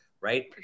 right